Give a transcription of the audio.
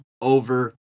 over